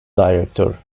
director